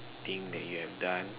thing that you have done